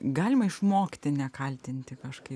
galima išmokti nekaltinti kažkaip